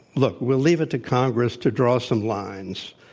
look, we'll leave it to congress to draw some lines,